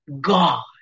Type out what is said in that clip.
God